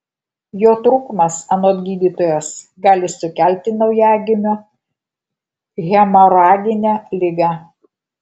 jo trūkumas anot gydytojos gali sukelti naujagimio hemoraginę ligą